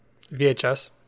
VHS